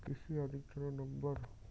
কৃষি অধিকর্তার নাম্বার?